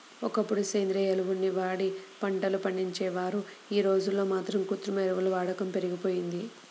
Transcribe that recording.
ఒకప్పుడు సేంద్రియ ఎరువుల్ని వాడి పంటలు పండించేవారు, యీ రోజుల్లో మాత్రం కృత్రిమ ఎరువుల వాడకం పెరిగిపోయింది